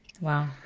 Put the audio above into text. wow